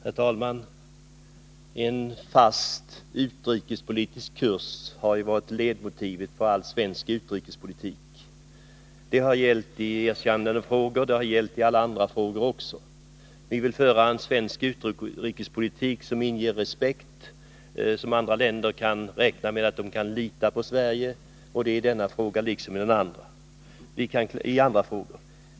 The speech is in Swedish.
Herr talman! En fast utrikespolitisk kurs har ju varit ledmotivet för all svensk utrikespolitik. Detta har gällt i erkännandefrågor och alla andra frågor. Vi vill föra en svensk utrikespolitik som inger respekt så att andra länder kan lita på Sverige. Det gäller både den fråga vi nu diskuterar och andra frågor.